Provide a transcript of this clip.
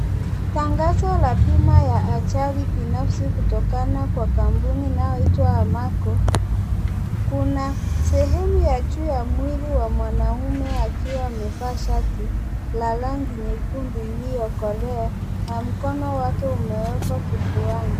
Tangazo la bima ya ajali binafsi kutokana na kampuni inayoitwa Amako, kuna sehemu ya juu ya mwili wa mwanaume akiwa amevaa shati la rangi nyekundu iliyokolea na mkono wake umewekwa kifuani.